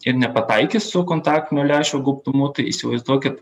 ir nepataikys su kontaktinio lęšio gaubtumu tai įsivaizduokit